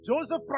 Joseph